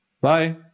bye